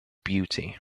beauty